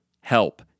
Help